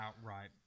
outright